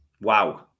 Wow